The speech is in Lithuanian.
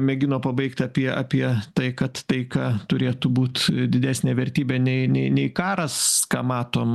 mėgino pabaigt apie apie tai kad taika turėtų būt didesnė vertybė nei nei nei karas ką matom